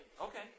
Okay